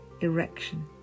erection